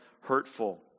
hurtful